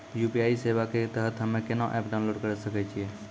UPI सेवा के तहत हम्मे केना एप्प डाउनलोड करे सकय छियै?